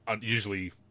usually